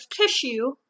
tissue